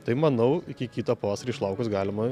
tai manau iki kito pavasario išlaukus galima